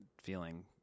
feeling